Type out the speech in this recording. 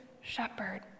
shepherd